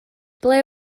ble